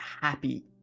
happy